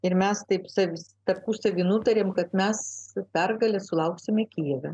ir mes taip tarpusavy nutarėm kad mes pergalės sulauksime kijeve